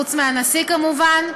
חוץ מהנשיא, כמובן,